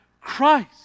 Christ